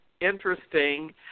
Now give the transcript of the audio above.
interesting